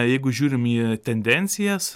jeigu žiūrim į tendencijas